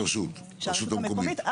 הרשות המקומית.